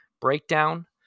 breakdown